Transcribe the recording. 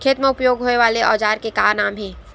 खेत मा उपयोग होए वाले औजार के का नाम हे?